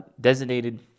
designated